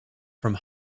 from